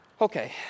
Okay